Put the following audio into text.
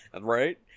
Right